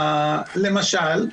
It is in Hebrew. למשל,